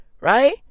right